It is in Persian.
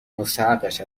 مستحقش